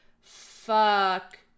fuck